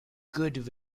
good